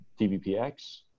DBPX